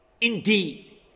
indeed